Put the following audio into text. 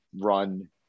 run